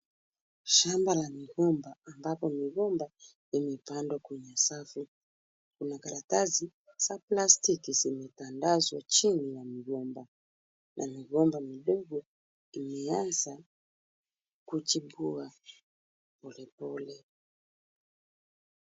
Shamba la migomba ambapo migomba imepandwa kwenye safu. Kuna karatasi za plastiki zimetandazwa chini ya migomba na migomba midogo imeanza kuchibua polepole.